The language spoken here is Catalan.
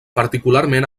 particularment